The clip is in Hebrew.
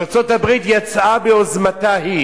וארצות-הברית יצאה ביוזמתה היא